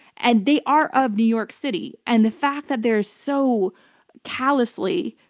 and they are of new york city. and the fact that they're so callously,